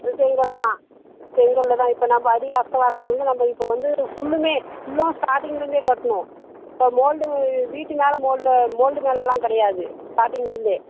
செங்கல் தான் செங்கல்லில் தான் இப்போ நம்ம அடி அஸ்திவாரத்திலருந்து நம்ம இப்போ வந்து ஃபுல்லுமே ஃபுல்லும் ஸ்டார்டிங்குலேருந்தே கட்டணும் இப்போ மோல்டு வீட்டு மேல மோல்டு மோல்டு மேலேலாம் கிடையாது ஸ்டார்டிங்குலேருந்தே